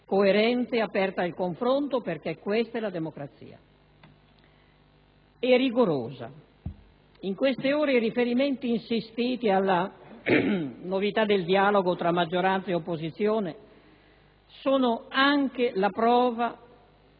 coerente ed aperta al confronto, perché questa è la democrazia, e sarà rigorosa. In queste ore, i riferimenti insistiti alla novità del dialogo tra maggioranza ed opposizione sono anche la prova